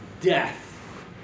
death